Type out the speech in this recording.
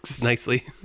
nicely